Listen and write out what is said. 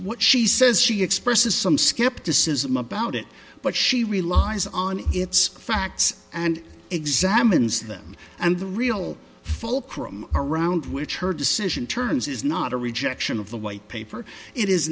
what she says she expresses some skepticism about it but she relies on its facts and examines them and the real fulcrum around which her decision turns is not a rejection of the white paper it is